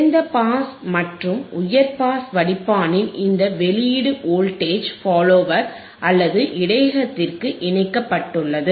குறைந்த பாஸ் மற்றும் உயர் பாஸ் வடிப்பானின் இந்த வெளியீடு வோல்டேஜ் ஃபாலோயர் அல்லது இடையகத்திற்கு இணைக்கப்பட்டுள்ளது